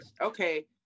Okay